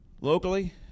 locally